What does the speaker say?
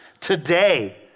today